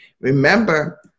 Remember